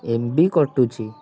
M ବି କଟୁଛି